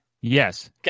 Yes